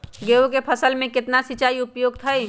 गेंहू के फसल में केतना सिंचाई उपयुक्त हाइ?